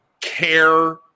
care